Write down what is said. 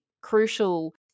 crucial